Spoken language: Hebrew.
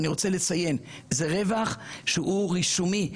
אני רוצה לציין שזה רווח שהוא רישומי,